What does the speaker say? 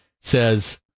says